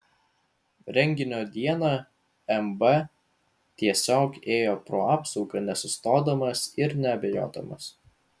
renginio dieną mb tiesiog ėjo pro apsaugą nesustodamas ir neabejodamas